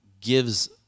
gives